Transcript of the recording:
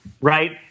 right